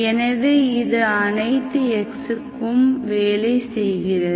எனவே இது அனைத்து x க்கும் வேலை செய்கிறது